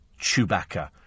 Chewbacca